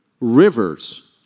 rivers